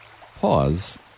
Pause